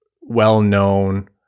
well-known